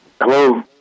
Hello